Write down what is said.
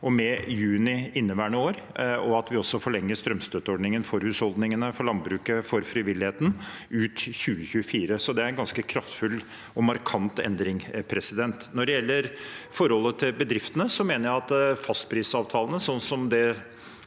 og med juni inneværende år, og at vi også forlenger strømstøtteordningen for husholdningene, for landbruket og for frivilligheten ut 2024. Så det er en ganske kraftfull og markant endring. Når det gjelder forholdet til bedriftene, mener jeg at fastprisavtalene – det